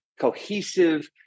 cohesive